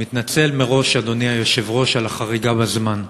אני מתנצל, אדוני היושב-ראש, על החריגה בזמן.